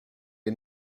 est